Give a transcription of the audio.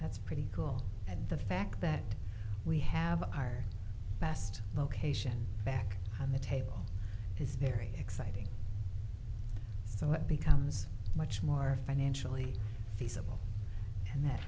that's pretty cool at the fact that we have our best location back on the table is very exciting so it becomes much more financially feasible and that